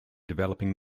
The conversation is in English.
developing